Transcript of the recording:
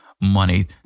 money